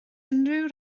unrhyw